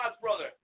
brother